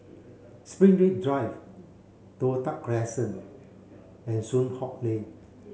Springleaf Drive Toh Tuck Crescent and Soon Hock Lane